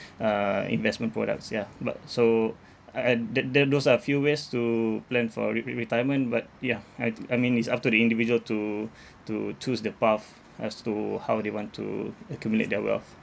uh investment products yeah but so uh uh th~ th~ those are the few ways to plan for re~ retirement but yeah I I mean it's up to the individual to to choose the path as to how they want to accumulate their wealth